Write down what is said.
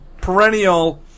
perennial